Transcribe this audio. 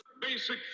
Basic